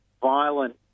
violent